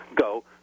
go